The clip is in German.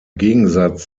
gegensatz